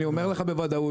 אני אומר לך בוודאות,